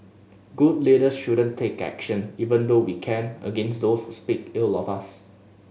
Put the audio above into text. good leaders shouldn't take action even though we can against those who speak ill of us